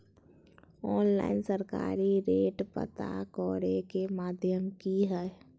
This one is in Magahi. ऑनलाइन सरकारी रेट पता करे के माध्यम की हय?